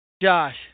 Josh